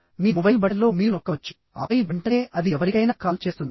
మీ mobile button లో మీరు నొక్కవచ్చు ఆపై వెంటనే అది ఎవరికైనా కాల్ చేస్తుంది